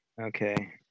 Okay